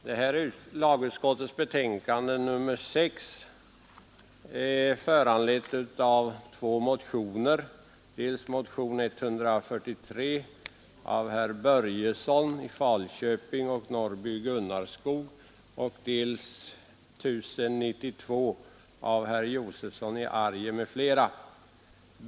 Herr talman! Lagutskottets förevarande betänkande nr 6 är föranlett av två motioner, dels motionen 145 av herr Börjesson i Falköping och herr Norrby i Gunnarskog, dels motionen 1 092 av herr Josefson i Arrie m.fl.